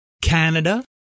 Canada